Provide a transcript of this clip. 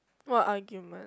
what argument